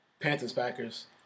Panthers-Packers